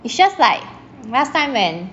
it's just like last time when